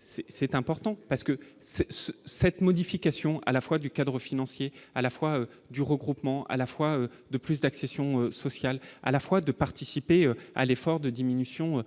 c'est important parce que c'est ce cette modification à la fois du cadre financier à la fois du regroupement à la fois de plus d'accession sociale à la fois de participer à l'effort de diminution